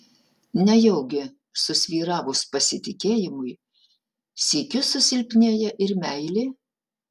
nejaugi susvyravus pasitikėjimui sykiu susilpnėja ir meilė